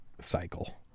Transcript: cycle